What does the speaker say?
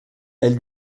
elle